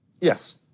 Yes